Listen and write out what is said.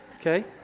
Okay